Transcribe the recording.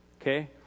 okay